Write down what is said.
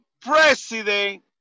president